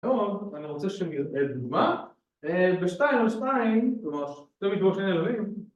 ‫עכשיו אני רוצה שנראה דוגמה. ‫ב-2 על 2, כלומר שתי משוואות בשני נעלמים